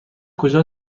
کجا